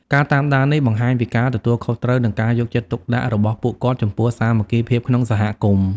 ការតាមដាននេះបង្ហាញពីការទទួលខុសត្រូវ និងការយកចិត្តទុកដាក់របស់ពួកគាត់ចំពោះសាមគ្គីភាពក្នុងសហគមន៍។